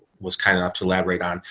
was kind enough to elaborate on.